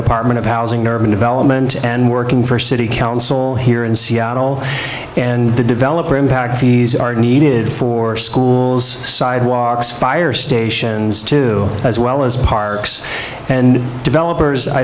department of housing and urban development and working for city council here in seattle and the developer impact fees are needed for schools sidewalks fire stations to as well as harks and developers i